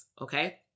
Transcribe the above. okay